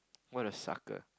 what a sucker